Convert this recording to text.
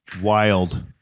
Wild